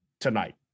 tonight